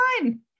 fine